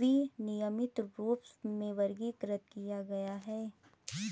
विनियमित रूप में वर्गीकृत किया गया है